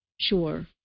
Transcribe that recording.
Sure